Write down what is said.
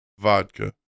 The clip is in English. vodka